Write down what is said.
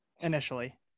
initially